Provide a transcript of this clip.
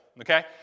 okay